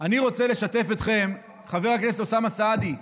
אני רוצה לשתף אתכם, חבר הכנסת אוסאמה סעדי,